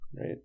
right